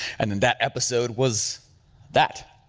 and in that episode was that,